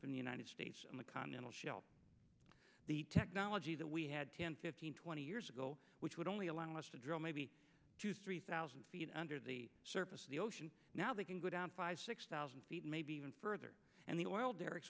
from the united states and the continental shelf the technology that we had ten fifteen twenty years ago which would only allow us to drill maybe three thousand feet under the surface of the ocean now they can go down five six thousand feet maybe even further and the oil der